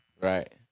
Right